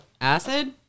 acid